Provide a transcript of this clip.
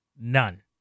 None